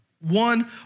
One